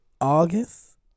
August